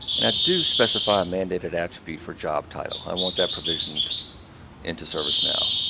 and i do specify a mandated attribute for job title. i want that provisioned into servicenow.